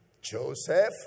Joseph